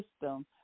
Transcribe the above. system